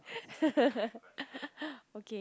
okay